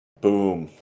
Boom